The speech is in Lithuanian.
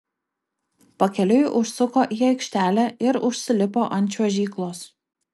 pakeliui užsuko į aikštelę ir užsilipo ant čiuožyklos